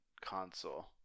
console